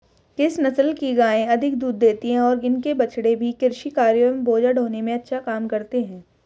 किस नस्ल की गायें अधिक दूध देती हैं और इनके बछड़े भी कृषि कार्यों एवं बोझा ढोने में अच्छा काम करते हैं?